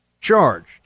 charged